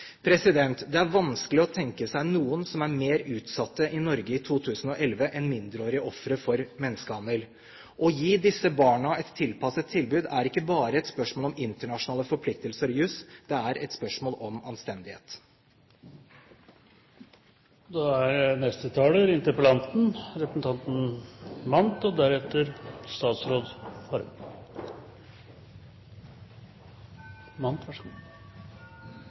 Det er vanskelig å tenke seg noen som er mer utsatt i Norge i 2011 enn mindreårige ofre for menneskehandel. Å gi disse barna et tilpasset tilbud er ikke bare et spørsmål om internasjonale forpliktelser og juss, det er et spørsmål om anstendighet. Jeg vil takke for en utrolig flott debatt. Den har belyst hvor vanskelig, svært og